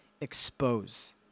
expose